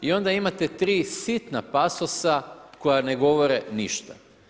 I onda imate 3 sitna pasosa koja ne govore ništa.